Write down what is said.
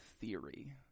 theory